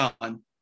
on